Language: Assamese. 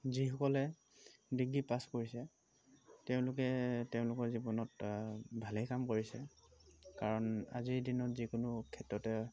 যিসকলে ডিগ্ৰী পাছ কৰিছে তেওঁলোকে তেওঁলোকৰ জীৱনত ভালেই কাম কৰিছে কাৰণ আজিৰ দিনত যিকোনো ক্ষেত্ৰতে হওক